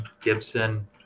Gibson